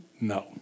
No